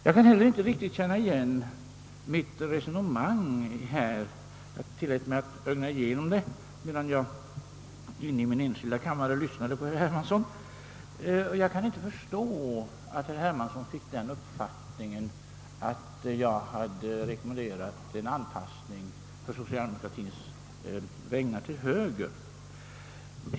Jag kan inte heller riktigt känna igen mitt resonemang såsom herr Hermansson återgivit det. Jag ögnade igenom mitt anförande, medan jag i min enskilda kammare lyssnade på herr Hermansson, Jag kan inte förstå att herr Hermansson fick uppfattningen, att jag rekommenderat en anpassning av socialdemokratien till högern.